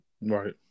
Right